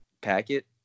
packet